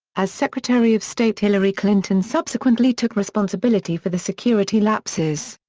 as secretary of state hillary clinton subsequently took responsibility for the security lapses.